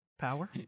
Power